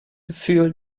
gefühl